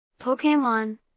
Pokemon